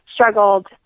struggled